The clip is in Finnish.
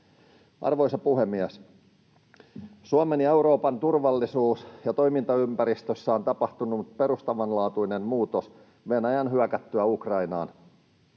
Arvoisa puhemies! Suomen ja Euroopan turvallisuus- ja toimintaympäristössä on tapahtunut perustavanlaatuinen muutos Venäjän hyökättyä Ukrainaan.